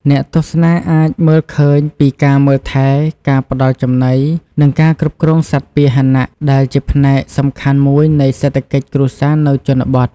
អ្នកទស្សនាអាចមើលឃើញពីការមើលថែ ការផ្តល់ចំណី និងការគ្រប់គ្រងសត្វពាហនៈ ដែលជាផ្នែកសំខាន់មួយនៃសេដ្ឋកិច្ចគ្រួសារនៅជនបទ។